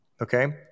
okay